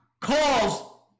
calls